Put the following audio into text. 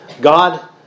God